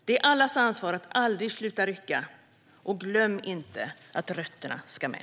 Det är allas ansvar att aldrig sluta rycka, och glöm inte att rötterna ska med!